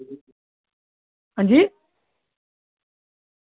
हांजी